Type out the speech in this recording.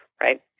right